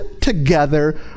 together